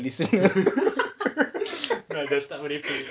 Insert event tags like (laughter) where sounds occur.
listener (laughs)